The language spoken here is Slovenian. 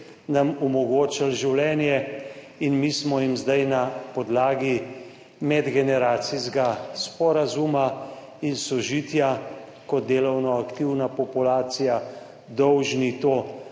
nam omogočili življenje in mi smo jim zdaj na podlagi medgeneracijskega sporazuma in sožitja kot delovno aktivna populacija dolžni to